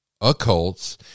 occults